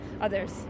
others